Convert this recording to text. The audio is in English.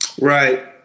Right